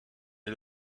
est